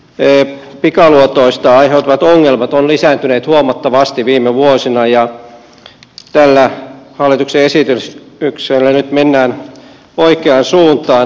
todellakin pikaluotoista aiheutuvat ongelmat ovat lisääntyneet huomattavasti viime vuosina ja tällä hallituksen esityksellä nyt mennään oikeaan suuntaan